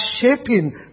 shaping